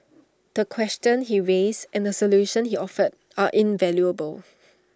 the questions he raised and the solutions he offered are invaluable